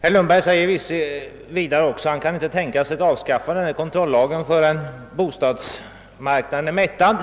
Herr Lundberg sade också att han inte kan tänka sig ett avskaffande av kontrollagen förrän bostadsmarknaden är mättad.